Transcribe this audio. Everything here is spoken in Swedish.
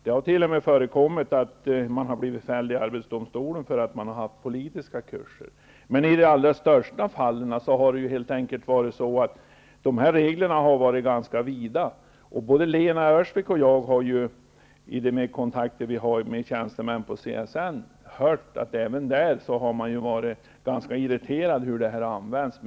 Det har t.o.m. förekommit att man har blivit fälld i arbetsdomstolen för att man har hållit politiska kurser. Men i de flesta fallen har reglerna varit vida. Både Lena Öhrsvik och jag har hört vid våra kontakter med tjänstemän på CSN att man även där har varit irriterad över hur pengarna används.